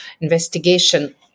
investigation